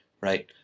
right